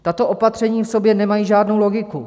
Tato opatření v sobě nemají žádnou logiku.